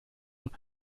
und